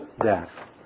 death